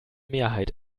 mehrheit